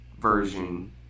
version